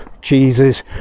Jesus